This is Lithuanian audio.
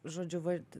žodžiu vat